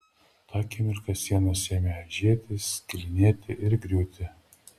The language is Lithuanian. tą akimirką sienos ėmė aižėti skilinėti ir griūti